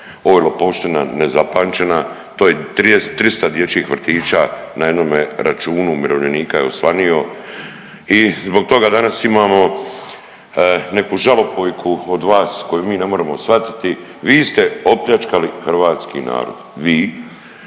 Ovo je lopovština nezapamćena, to je 300 dječjih vrtića na jednome računu umirovljenika je osvanio i zbog toga danas imamo neku žalopojku od vas koju mi ne moremo shvatiti. Vi ste opljačkali hrvatski narod. Vi